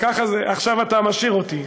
עכשיו אתה משאיר אותי.